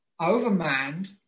overmanned